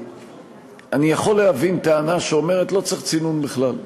אני יכול להבין טענה שאומרת: לא צריך צינון בכלל.